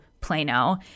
Plano